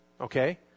Okay